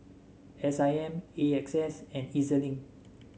S I M A X S and E Z Link